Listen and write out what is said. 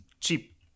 cheap